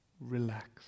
relax